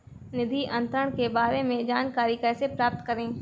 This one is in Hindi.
निधि अंतरण के बारे में जानकारी कैसे प्राप्त करें?